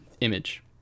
image